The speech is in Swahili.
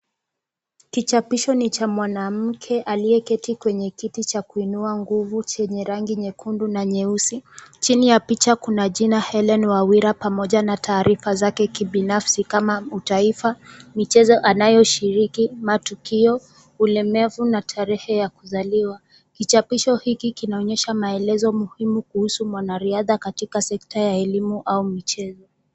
Kichapisho ni cha mwanamke aliyeketi kwenye kiti cha kuinua nguvu chenye rangi nyekundu na nyeusi. Chini ya picha kuna jina Hellen Wawira pamoja na taarifa zake kibinafsi kama utaifa, michezo anayoshiriki, matukio, ulemavu na tarehe ya kuzaliwa. Kichapisho hiki kinaonyesha maelezo muhimu kuhusu mwanariadha katika sekta ya elimu au michezo.